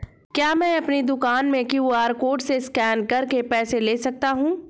क्या मैं अपनी दुकान में क्यू.आर कोड से स्कैन करके पैसे ले सकता हूँ?